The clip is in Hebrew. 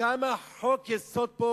כמה חוקי-יסוד פה,